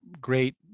great